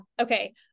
Okay